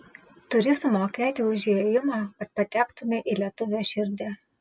turi sumokėti už įėjimą kad patektumei į lietuvio širdį